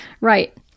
right